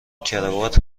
کراوات